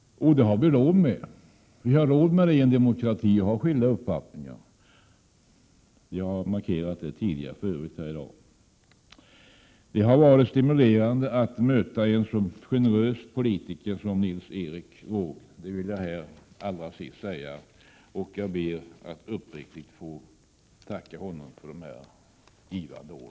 Det har vi råd med. I en demokrati har vi råd att ha skilda uppfattningar. Jag har för övrigt markerat det tidigare här i dag. Jag vill allra sist säga att det har varit stimulerande att möta en så generös politiker som Nils Erik Wååg. Jag ber att uppriktigt få tacka honom för dessa givande år.